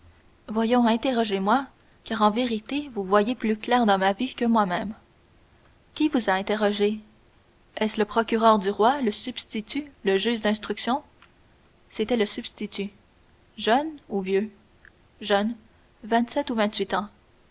voyons interrogez moi car en vérité vous voyez plus clair dans ma vie que moi-même qui vous a interrogé est-ce le procureur du roi le substitut le juge d'instruction c'était le substitut jeune ou vieux jeune vingt-sept ou vingt-huit ans